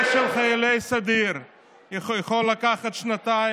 אני לא רוצה לרדת.